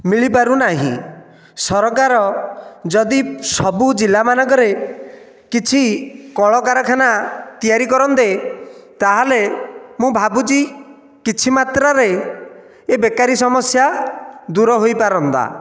ମିଳିପାରୁନାହିଁ ସରକାର ଯଦି ସବୁ ଜିଲ୍ଲା ମାନଙ୍କରେ କିଛି କଳକାରଖାନା ତିଆରି କରନ୍ତେ ତା'ହେଲେ ମୁଁ ଭାବୁଛି କିଛି ମାତ୍ରାରେ ଏ ବେକାରୀ ସମସ୍ୟା ଦୂର ହୋଇପାରନ୍ତା